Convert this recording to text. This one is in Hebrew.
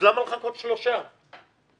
אז למה לחכות שלושה חודשים?